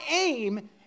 aim